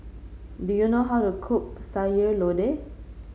do you know how to cook Sayur Lodeh